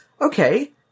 Okay